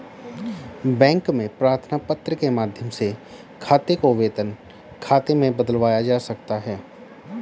bank में प्रार्थना पत्र के माध्यम से खाते को वेतन खाते में बदलवाया जा सकता है